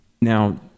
now